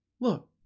look